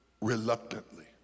Reluctantly